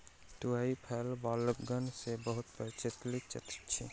तूईत फल बालकगण मे बहुत प्रचलित अछि